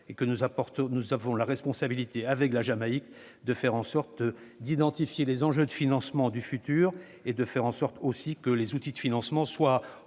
Nous aurons la responsabilité, avec la Jamaïque, d'identifier les enjeux de financement du futur et de faire en sorte que les outils de financement soient au